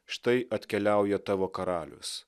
štai atkeliauja tavo karalius